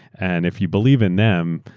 and if you believe in them,